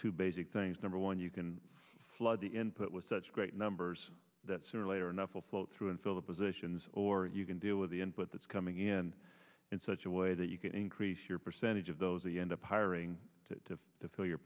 two basic things number one you can flood the input with such great numbers that sooner or later enough will flow through and fill the positions or you can deal with the input that's coming in in such a way that you can increase your percentage of those we end up hiring to fill your